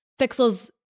Fixel's